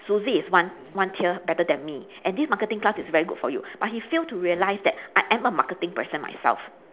suzy is one one tier better than me and this marketing class is very good for you but he fail to realise that I am a marketing person myself